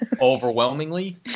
Overwhelmingly